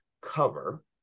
cover